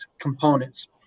components